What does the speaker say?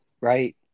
right